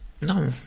No